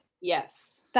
Yes